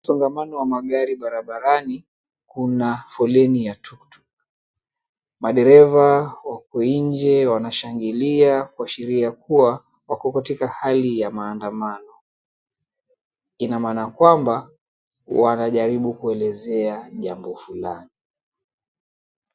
Msongamano wa magari barabarani, kuna foleni ya tuktuk. Madereva wako nje wanashangilia kuashiria kuwa, wako katika hali ya maandamano. Ina maana kwamba wanajaribu kuelezea jambo fulani.